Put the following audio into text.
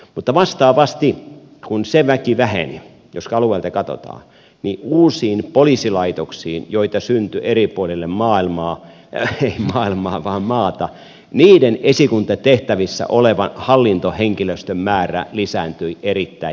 mutta vastaavasti kun se väki väheni jos alueilta katsotaan uusien poliisilaitosten joita syntyi eri puolille maata esikuntatehtävissä olevan hallintohenkilöstön määrä lisääntyi erittäin merkittävästi